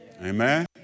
Amen